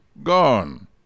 gone